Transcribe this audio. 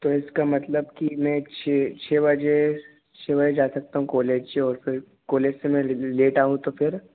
तो इसका मतलब कि मैं छ छ बजे छ बजे जा सकता हूँ कॉलेज और कॉलेज से मैं लेट आऊं तो फिर